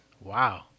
Wow